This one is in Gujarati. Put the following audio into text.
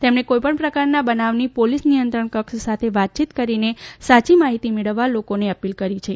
તેમણે કોઇપણ પ્રકારના બનાવની પોલીસ નિયંત્રણ કક્ષ સાથે વાતચીત કરીને સાયી માહિતી મેળવવા લોકોને અપીલ કરી છે